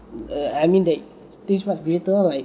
uh I mean like things much greater like